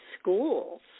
schools